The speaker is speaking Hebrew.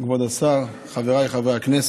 כבוד השר, חבריי חברי הכנסת,